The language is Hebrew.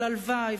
אבל הלוואי,